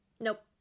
Nope